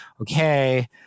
Okay